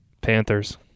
Panthers